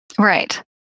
Right